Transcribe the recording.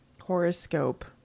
horoscope